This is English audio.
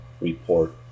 report